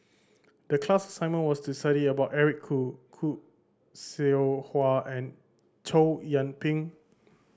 the class assignment was to study about Eric Khoo Khoo Seow Hwa and Chow Yian Ping